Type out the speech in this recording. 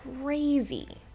crazy